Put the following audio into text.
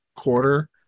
quarter